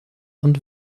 und